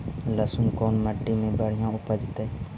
लहसुन कोन मट्टी मे बढ़िया उपजतै?